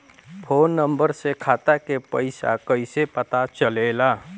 Phone number से खाता के पइसा कईसे पता चलेला?